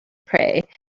pray